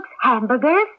hamburgers